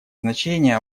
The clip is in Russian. значение